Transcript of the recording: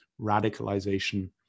radicalization